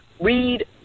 read